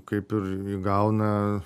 kaip ir įgauna